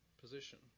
position